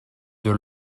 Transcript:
deux